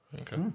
Okay